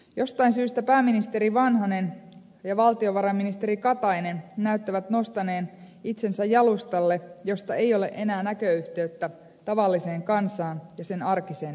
jostain syystä pääministe ri vanhanen ja valtiovarainministeri katainen näyttävät nostaneen itsensä jalustalle josta ei ole enää näköyhteyttä tavalliseen kansaan ja sen arkiseen elämään